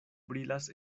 brilas